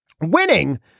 Winning